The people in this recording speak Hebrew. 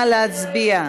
נא להצביע.